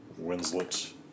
Winslet